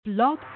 Blog